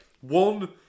One